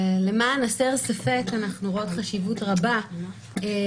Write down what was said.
למען הסר ספק אני אגיד שאנחנו רואות חשיבות רבה בעיגון